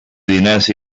diners